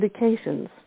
indications